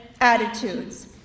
attitudes